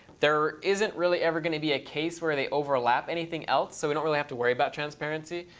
there isn't really ever going to be a case where they overlap anything else so we don't really have to worry about transparency.